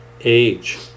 age